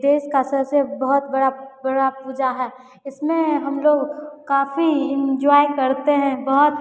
देश की सबसे बहुत बड़ी बड़ी पूजा है इसमें हमलोग काफी एन्ज़ॉय करते हैं बहुत